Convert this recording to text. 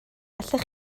allech